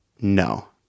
no